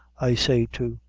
i say, too!